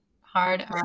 hard